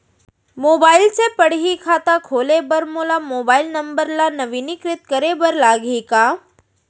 Mobile से पड़ही खाता खोले बर मोला मोबाइल नंबर ल नवीनीकृत करे बर लागही का?